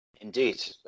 Indeed